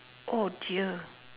oh dear